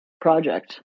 project